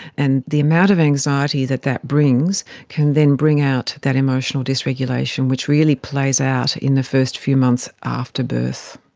and the amount of anxiety that that brings can then bring out that emotional dysregulation which really plays out in the first few months after birth.